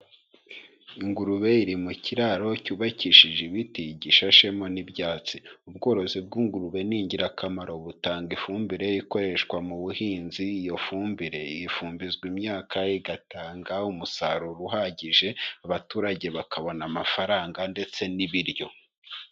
Ingurube iri mu kiraro cyubakishije ibiti, gishashemo n'ibyatsi, ubworozi bw'ingurube ni ingirakamaro butanga ifumbire ikoreshwa mu buhinzi, iyo fumbire ifumbizwa imyaka, igatanga umusaruro uhagije, abaturage bakabona amafaranga ndetse n'ibiryo.